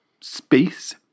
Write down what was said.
space